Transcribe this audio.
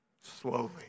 Slowly